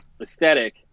aesthetic